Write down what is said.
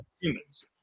humans